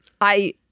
I-